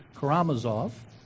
Karamazov